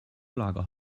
lager